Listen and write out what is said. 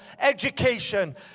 education